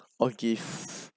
or give